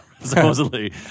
supposedly